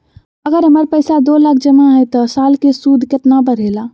अगर हमर पैसा दो लाख जमा है त साल के सूद केतना बढेला?